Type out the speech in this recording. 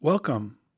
Welcome